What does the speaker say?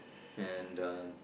and uh